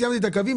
סיימתי את הקווים,